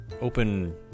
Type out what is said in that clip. open